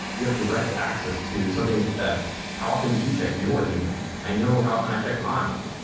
you have direct access to something that how often do you check your email? i know how often i check mine.